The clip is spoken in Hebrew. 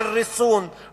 על ריסון,